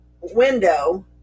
window